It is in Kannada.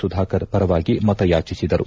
ಸುಧಾಕರ್ ಪರವಾಗಿ ಮತಯಾಚಿಸಿದರು